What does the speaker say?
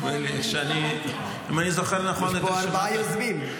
יש פה ארבעה יוזמים.